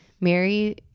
mary